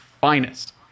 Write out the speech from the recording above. finest